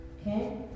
Okay